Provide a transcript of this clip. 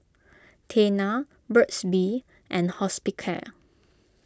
Tena Burt's Bee and Hospicare